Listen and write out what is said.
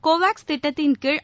Covax திட்டத்தின் கீழ்